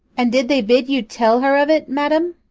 and did they bid you tell her of it, madam?